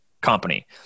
company